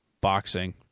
boxing